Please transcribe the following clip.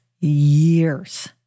years